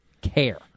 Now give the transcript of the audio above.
care